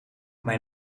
mijn